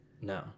No